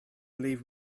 leave